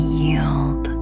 yield